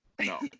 No